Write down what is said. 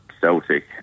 Celtic